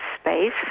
space